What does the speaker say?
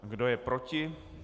Kdo je proti?